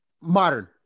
modern